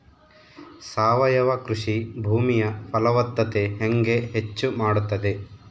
ಸಾವಯವ ಕೃಷಿ ಭೂಮಿಯ ಫಲವತ್ತತೆ ಹೆಂಗೆ ಹೆಚ್ಚು ಮಾಡುತ್ತದೆ?